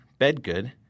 Bedgood